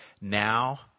Now